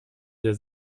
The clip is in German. der